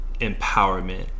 empowerment